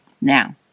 Now